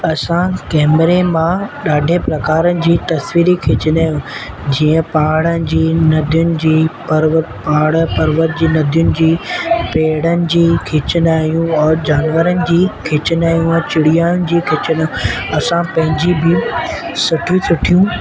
असां कैमरे मां ॾाढे प्रकारनि जी तसवीरूं खींचींदा आहियूं जीअं पहाड़नि जी नदियुनि जी पर्वत पहाड़ पर्वत जी नदियुनि जी पेड़नि जी खींचंदा आहियूं ऐं जानवरनि जी खींचंदा आहियूं ऐं चिड़ियनि जी खींचूं असां पंहिंजी बि सुठियूं सुठियूं